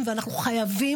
השואה,